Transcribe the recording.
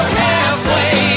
halfway